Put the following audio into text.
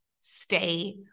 stay